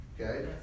Okay